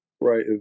right